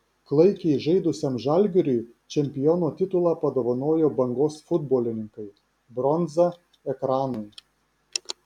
klaikiai žaidusiam žalgiriui čempiono titulą padovanojo bangos futbolininkai bronza ekranui